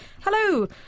Hello